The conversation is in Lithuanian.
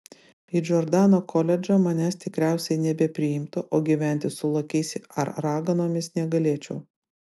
į džordano koledžą manęs tikriausiai nebepriimtų o gyventi su lokiais ar raganomis negalėčiau